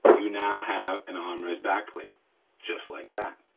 you now have an armorer's backplate just like that,